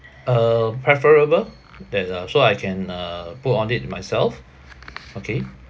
uh preferable that uh so I can uh put on it myself okay